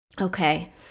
Okay